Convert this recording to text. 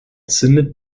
zündet